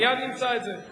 מייד נמצא את זה.